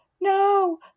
no